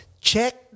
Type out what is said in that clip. check